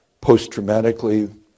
post-traumatically